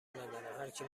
ندارم، هرکی